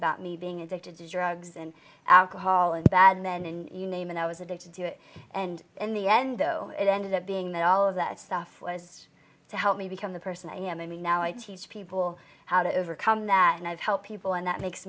about me being addicted to drugs and alcohol and bad then in you name and i was addicted to it and in the end though it ended up being that all of that stuff was to help me become the person i am i mean now i teach people how to overcome that and i've helped people and that makes